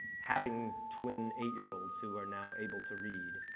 having twin eight year olds who are now able to read,